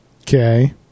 okay